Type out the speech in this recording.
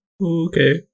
okay